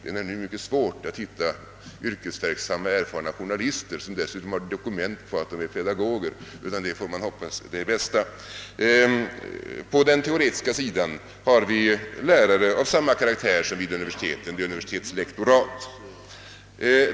Det är mycket svårt att hitta yrkesverksamma, erfarna journalister, som dessutom har dokument på att de är pedagoger — därvidlag får man bara hoppas på det bästa. På den teoretiska sidan har vi lärare av samma karaktär som vid universiteten — universitetslektorer.